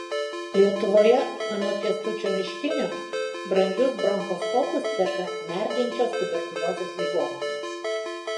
lietuvoje anot kęstučio miškinio brangius bronchoskopus perka merdinčios tuberkuliozės ligoninės